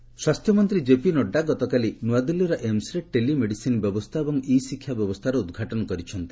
Nadda AIIMS ସ୍ୱାସ୍ଥ୍ୟମନ୍ତ୍ରୀ JP Nadda ଗତକାଲି ନୂଆଦିଲ୍ଲୀ ଏମ୍ବରେ ଟେଲିମେଡିସିନ୍ ବ୍ୟବସ୍ଥା ଏବଂ ଇ ଶିକ୍ଷା ବ୍ୟବସ୍ଥାର ଉଦ୍ଘାଟନ କରିଛନ୍ତି